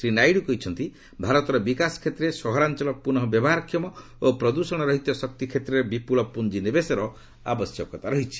ଶ୍ରୀ ନାଇଡୁ କହିଛନ୍ତି ଭାରତର ବିକାଶ କ୍ଷେତ୍ରରେ ସହରାଞ୍ଚଳ ପୁନଃ ବ୍ୟବହାରକ୍ଷମ ଓ ପ୍ରଦୃଷଣ ରହିତ ଶକ୍ତି କ୍ଷେତ୍ରରେ ବିପୁଳ ପୁଞ୍ଜିନିବେଶର ଆବଶ୍ୟକତା ରହିଛି